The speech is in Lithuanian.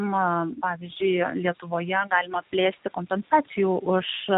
na pavyzdžiui lietuvoje galima plėsti kompensacijų už